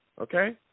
okay